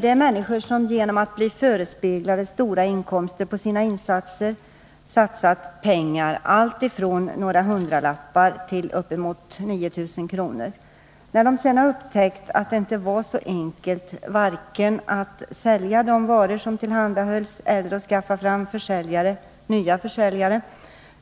Det är människor som på grund av att de blivit förespeglade stora inkomster på sina insatser satsat pengar, alltifrån några hundralappar till upp emot 9 000 kr. När de sedan upptäckt att det inte var så enkelt, vare sig att sälja de varor som tillhandahölls eller att skaffa fram nya försäljare,